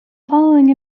following